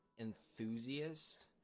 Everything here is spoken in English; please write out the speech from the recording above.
enthusiast